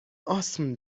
آسم